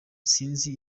sinzi